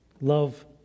Love